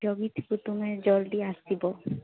ଜଗିଥିବୁ ତୁମେ ଜଲଦି ଆସିବ